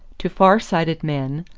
to far-sighted men,